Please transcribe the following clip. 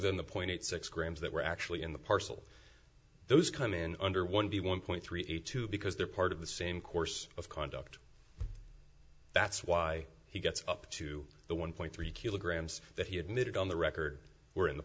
than the point six grams that were actually in the parcel those come in under one b one point three eight two because they're part of the same course of conduct that's why he gets up to the one point three kilograms that he admitted on the record were in the